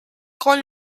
con